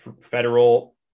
federal